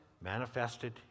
manifested